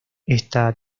ésta